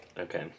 Okay